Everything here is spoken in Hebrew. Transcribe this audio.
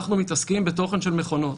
אנחנו מתעסקים בתוכן של מכונות